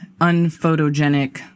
unphotogenic